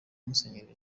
musenyeri